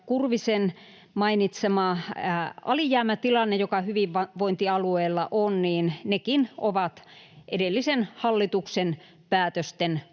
Kurvisen mainitsema alijäämätilanne, joka hyvinvointialueilla on, on edellisen hallituksen päätösten pohjalta